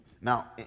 Now